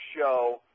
show